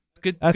Good